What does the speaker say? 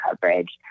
coverage